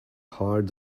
hard